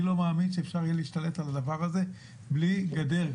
אני לא מאמין שאפשר יהיה להשתלט על הדבר הזה בלי גדר.